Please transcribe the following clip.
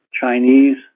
Chinese